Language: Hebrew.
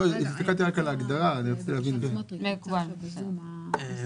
החוק היום כמו שלבנה מקודם ציינה בא וקובע במסגרת נוהל אמיתי.